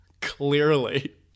Clearly